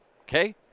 okay